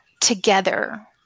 together